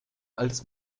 altes